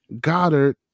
Goddard